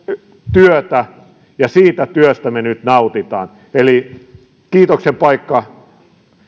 työtä ja siitä työstä me nyt nautimme kiitoksen paikka